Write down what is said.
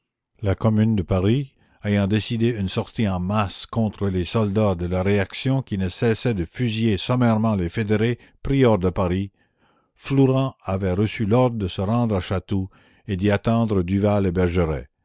la commune de paris ayant décidé une sortie en masse contre les soldats de la réaction qui ne cessaient de fusiller sommairement les fédérés pris hors de paris flourens avait reçu l'ordre de se rendre à chatou et d'y attendre duval et bergeret